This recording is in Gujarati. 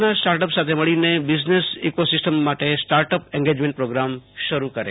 ના સ્ટાર્ટ અપ સાથે મળીને બિઝનેસ ઈકોસિસ્ટમ માટે સ્ટાર્ટ અપ ઐંગેજમેન્ટ પ્રોગ્રામ શરૂ કરે